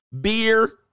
beer